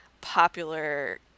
popular